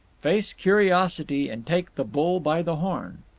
face curiosity and take the bull by the horn.